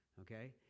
okay